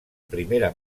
primera